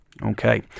Okay